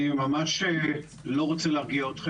אני ממש לא רוצה להרגיע.